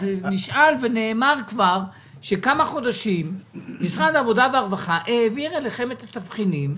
אז נאמר כבר שכמה חודשים שמשרד העבודה והרווחה העביר אליכם את התבחינים.